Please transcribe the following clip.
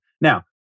Now